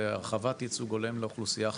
להרחבת ייצוג הולם לאוכלוסייה החרדית.